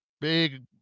big